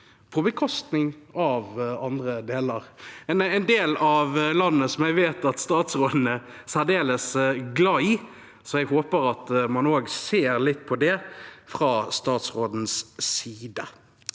på bekostning av en annen del av landet – en del av landet som jeg vet at statsråden er særdeles glad i. Jeg håper at man også ser litt på det fra statsrådens side.